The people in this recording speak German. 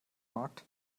markt